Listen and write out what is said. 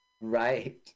Right